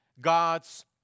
God's